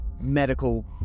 medical